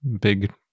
big